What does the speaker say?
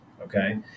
Okay